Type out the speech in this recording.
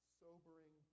sobering